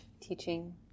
teaching